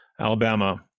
Alabama